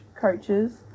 coaches